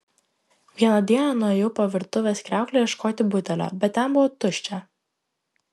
vieną dieną nuėjau po virtuvės kriaukle ieškoti butelio bet ten buvo tuščia